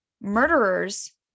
murderers